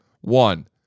one